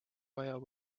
maja